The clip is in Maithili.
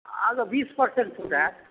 आहाँके बीस परसेंट छूट होयत